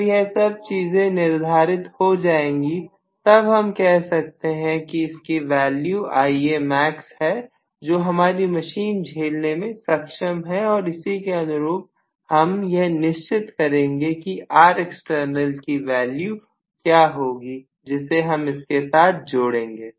जब यह सब चीजें निर्धारित हो जाएंगी तब हम कह सकते हैं कि इसकी वैल्यू Ia max है जो हमारी मशीन झेलने में सक्षम है और इसी के अनुरूप हम यह निश्चित करेंगे कि Rext की वैल्यू क्या होगी जिसे हम इसके साथ जोड़ेंगे